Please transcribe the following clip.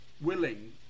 willing